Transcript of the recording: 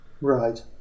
Right